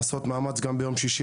לעשות מאמץ גם ביום שישי,